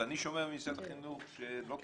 אני שומע ממשרד החינוך שלא כצעקתה.